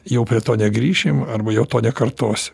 jau prie to negrįšim arba jau to nekartosi